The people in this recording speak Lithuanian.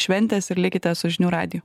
šventės ir likite su žinių radiju